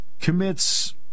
commits